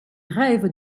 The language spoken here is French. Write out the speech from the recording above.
rêve